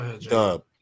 Dub